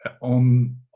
on